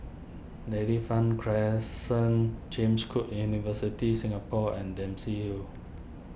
Dairy Farm Crescent James Cook University Singapore and Dempsey Hill